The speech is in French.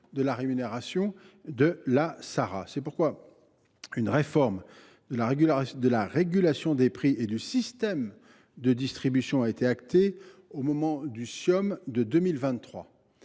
de la rémunération de la Sara. C’est pourquoi une réforme de la régulation des prix et du système de distribution a été actée au moment du comité